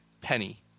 Penny